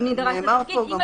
זה כמו יועצים פרלמנטריים.